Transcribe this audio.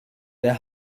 der